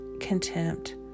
contempt